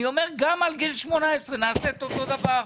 אני אומר, גם על גיל 18 נעשה את אותו דבר.